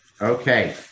Okay